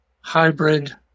hybrid